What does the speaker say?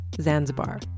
Zanzibar